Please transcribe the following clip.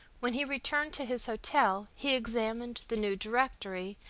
when he returned to his hotel he examined the new directory,